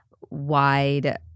wide